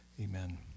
Amen